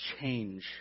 change